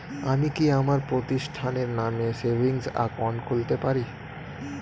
আমি কি আমার প্রতিষ্ঠানের নামে সেভিংস একাউন্ট খুলতে পারি?